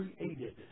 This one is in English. created